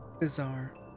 Bizarre